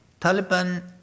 Taliban